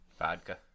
Vodka